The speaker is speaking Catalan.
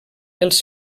els